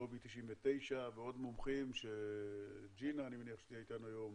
לובי 99 ועוד מומחים אני מניח שג'ינה תהיה אתנו כאן היום